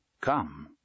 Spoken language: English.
Come